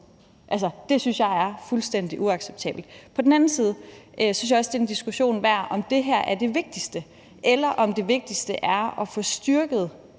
det synes jeg er fuldstændig uacceptabelt. På den anden side synes jeg også, det er en diskussion værd, om det her er det vigtigste, eller om det vigtigste er at få styrket